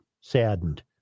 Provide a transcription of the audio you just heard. saddened